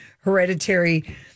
hereditary